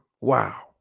Wow